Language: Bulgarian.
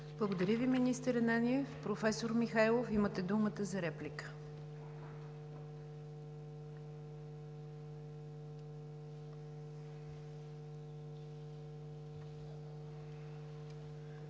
Благодаря Ви, министър Ананиев. Професор Михайлов, имате думата за реплика.